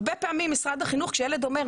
הרבה פעמים משרד החינוך כשילד אומר,